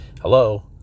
hello